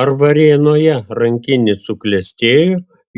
ar varėnoje rankinis suklestėjo